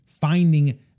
finding